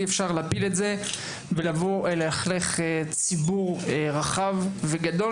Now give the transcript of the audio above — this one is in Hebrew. אי-אפשר להפיל את זה ולבוא ללכלך ציבור גדול ורחב.